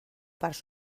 planta